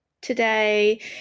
today